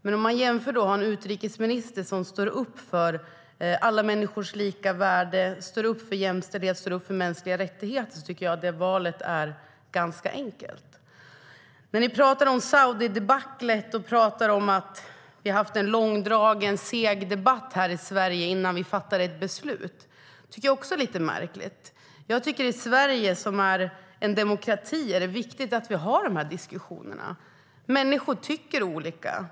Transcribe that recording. Men om man jämför det med att ha en utrikesminister som står upp för alla människors lika värde, jämställdhet och mänskliga rättigheter tycker jag att valet är ganska enkelt. När ni pratar om "Saudidebaclet" och om att vi hade en långdragen och seg debatt här i Sverige innan vi fattade ett beslut tycker jag att det är lite märkligt. I Sverige, som är en demokrati, är det viktigt att vi har de här diskussionerna. Människor tycker olika.